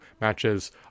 matches